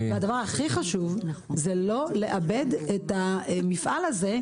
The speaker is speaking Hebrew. והדבר הכי חשוב לא לאבד את המפעל הזה,